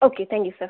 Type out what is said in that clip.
okay thank you sir